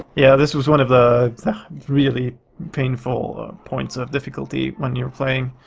yeah this was one of the really painful points of difficulty when you're playing.